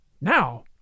Now